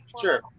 sure